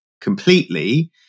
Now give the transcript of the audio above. completely